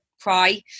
cry